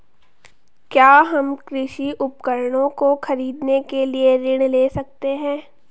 क्या हम कृषि उपकरणों को खरीदने के लिए ऋण ले सकते हैं?